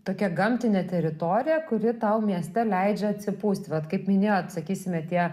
tokia gamtinė teritorija kuri tau mieste leidžia atsipūsti vat kaip minėjot sakysime tie